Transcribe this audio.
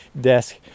desk